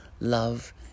love